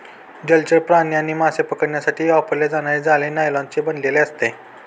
जलचर प्राणी आणि मासे पकडण्यासाठी वापरले जाणारे जाळे नायलॉनचे बनलेले असते